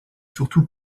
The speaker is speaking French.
surtout